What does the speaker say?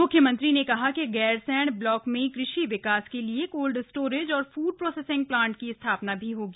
मुख्यमंत्री ने कहा कि गैरसैंण ब्लॉक में कृषि विकास के लिए कोल्ड स्टोरेज और फूड प्रोसेसिंग प्लांट की स्थापना भी की जायेगी